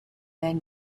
then